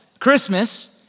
Christmas